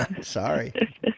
Sorry